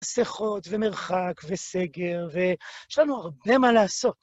מסכות ומרחק וסגר, ויש לנו הרבה מה לעשות.